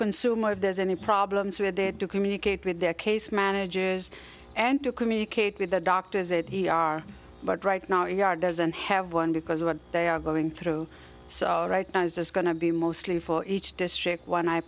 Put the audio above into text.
consumer if there's any problems we had they had to communicate with their case managers and to communicate with the doctors that he are but right now it doesn't have one because what they are going through so right now is this going to be mostly for each district one i